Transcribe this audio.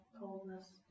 coldness